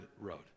road